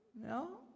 No